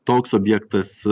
toks objektas